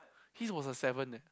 his was a seven eh